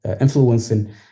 influencing